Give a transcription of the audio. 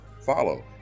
follow